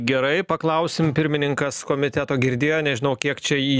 gerai paklausim pirmininkas komiteto girdėjo nežinau kiek čia į